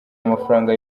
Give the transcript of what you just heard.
amafaranga